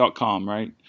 right